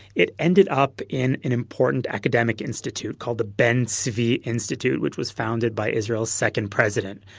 it ended up in an important academic institute called the ben tzvi institute which was founded by israel's second president,